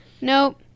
nope